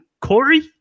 Corey